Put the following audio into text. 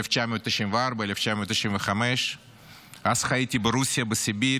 1995, 1994. חייתי אז ברוסיה, בסיביר,